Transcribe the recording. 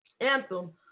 anthem